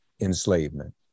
enslavement